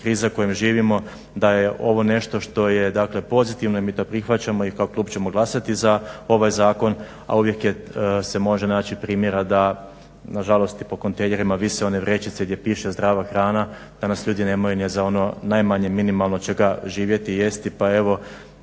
kriza u kojoj živimo, da je ovo nešto što je pozitivno i mi to prihvaćamo i kao klub ćemo glasati za ovaj zakon, a uvijek se može naći primjera da nažalost i po kontejnerima vise one vrećice gdje piše zdrava hrana, danas ljudi nemaju ni za ono najmanje minimalno čega živjeti, jesti. Pa evo